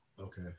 Okay